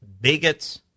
bigots